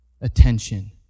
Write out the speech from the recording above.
attention